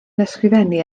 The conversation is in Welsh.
ysgrifennu